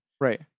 right